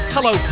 Hello